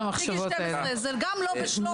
מגיל 12. זה גם לא בשלוף.